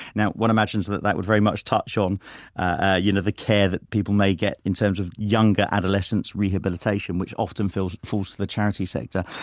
now one imagines that that would very much touch on ah you know the care that people may get in terms of younger adolescence rehabilitation, which often falls falls to the charity sector.